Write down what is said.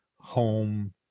home